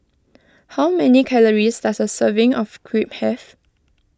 how many calories does a serving of Crepe have